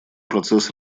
процесс